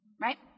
right